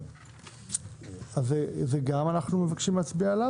גם על זה אנחנו מבקשים להצביע.